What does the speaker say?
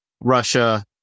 Russia